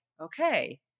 okay